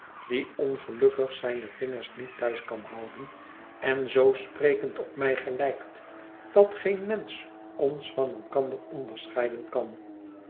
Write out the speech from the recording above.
die ongelukkig zijne vingers niet thuis kan houden en zoo sprekend op mij gelijkt dat geen mensch ons van elkander onderscheiden kan